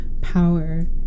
power